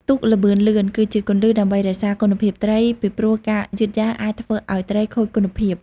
ទូកល្បឿនលឿន គឺជាគន្លឹះដើម្បីរក្សាគុណភាពត្រី ពីព្រោះការយឺតយ៉ាវអាចធ្វើឱ្យត្រីខូចគុណភាព។